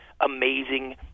amazing